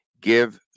give